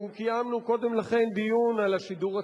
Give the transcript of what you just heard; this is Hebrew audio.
אנחנו קיימנו קודם לכן דיון על השידור הציבורי,